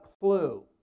clue